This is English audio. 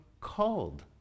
called